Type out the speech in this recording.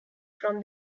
from